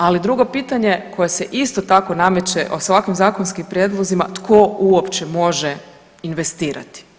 Ali drugo pitanje koje se isto tako nameće s ovakvim zakonskim prijedlozima, tko uopće može investirati